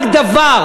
רק דבר,